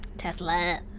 Tesla